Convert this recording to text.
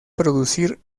producir